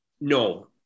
No